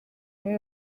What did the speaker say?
muri